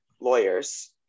lawyers